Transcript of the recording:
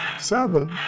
seven